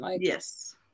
Yes